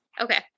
Okay